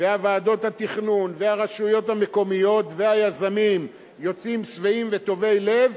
וועדות התכנון והרשויות המקומיות והיזמים יוצאים שבעים וטובי לב,